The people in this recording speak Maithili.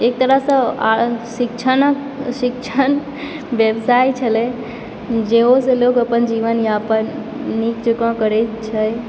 एक तरह से शिक्षण व्यवसाय छलै जाहिसॅं लोक अपन जीवन यापन नीक जेकाॅं करैत छै